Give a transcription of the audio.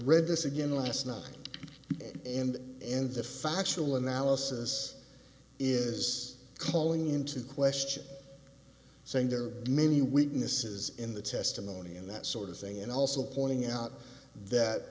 read this again last night in the end the factual analysis is calling into question saying there are many witnesses in the testimony and that sort of thing and also pointing out that